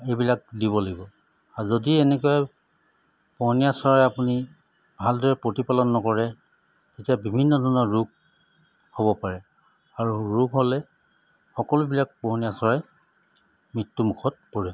এইবিলাক দিব লাগিব আৰু যদি এনেকৈ পোহনীয়া চৰাই আপুনি ভালদৰে প্ৰতিপালন নকৰে তেতিয়া বিভিন্ন ধৰণৰ ৰোগ হ'ব পাৰে আৰু ৰোগ হ'লে সকলোবিলাক পোহনীয়া চৰাই মৃত্যুমুখত পৰে